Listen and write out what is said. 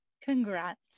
Congrats